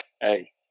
Hey